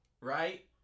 right